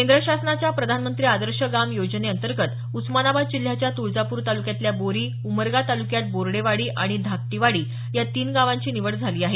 केद्र शासनाच्या प्रधानमंत्री आदर्श ग्राम योजनेअंतर्गत उस्मानाबाद जिल्ह्याच्या तुळजापूर तालुक्यातल्या बोरी उमरगा तालुक्यात बोर्डेवाडी आणि धाकटीवाडी या तीन गावांची निवड झाली आहे